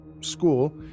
school